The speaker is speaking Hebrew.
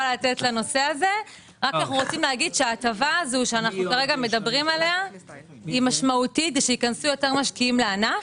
הזו שאנו כרגע מדברים עליה היא משמעותית כדי שייכנסו יותר משקיעים לענף.